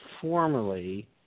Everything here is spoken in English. formerly